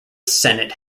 senate